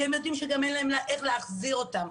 כי הם יודעים שגם אין להם איך להחזיר אותם.